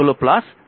এটি হল এবং এটি